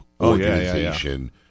organization